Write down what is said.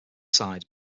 side